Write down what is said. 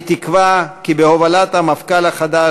אני תקווה כי בהובלת המפכ"ל החדש,